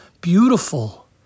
beautiful